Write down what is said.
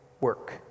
work